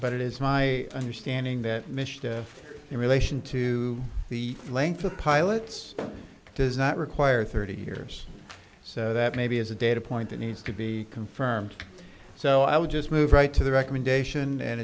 but it is my understanding that mission in relation to the length of pilots does not require thirty years so that maybe as a data point that needs to be confirmed so i would just move right to the recommendation and